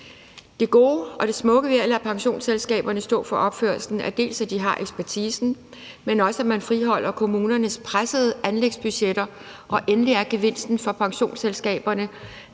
Det gode og det smukke ved at lade pensionsselskaberne stå for opførelsen er dels, at de har ekspertisen, men også at man friholder kommunernes pressede anlægsbudgetter, og endelig er gevinsten for pensionsselskaberne,